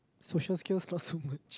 social skills not so much